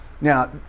now